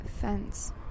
fence